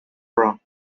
bra